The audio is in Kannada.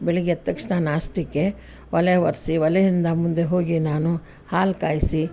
ಬೆಳಿಗ್ಗೆ ಎದ್ದ ತಕ್ಷಣ ನಾಷ್ಟಕ್ಕೆ ಒಲೆ ಒರ್ಸಿ ಒಲೆಯಿಂದ ಮುಂದೆ ಹೋಗಿ ನಾನು ಹಾಲು ಕಾಯಿಸಿ